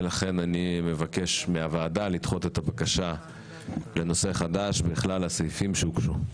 ולכן אני מבקש מהוועדה לדחות את הבקשה לנושא חדש בכלל הסעיפים שהוגשו.